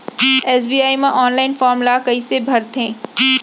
SBI म online form ल कइसे भरथे?